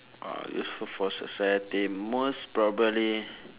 uh useful for society most probably